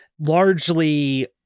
largely